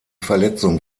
verletzung